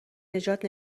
نجات